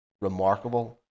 remarkable